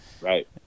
Right